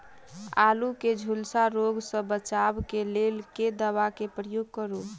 आलु केँ झुलसा रोग सऽ बचाब केँ लेल केँ दवा केँ प्रयोग करू?